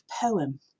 poem